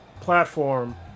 platform